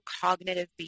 cognitive